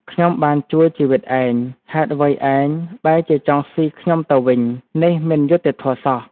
ខ្ញុំបានជួយជីវិតឯង ហេតុអ្វីឯងបែរជាចង់ស៊ីខ្ញុំទៅវិញ? នេះមិនយុត្តិធម៌សោះ!